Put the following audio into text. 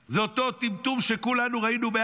זה אותו טמטום שכולנו ראינו בהאג,